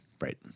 right